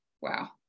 Wow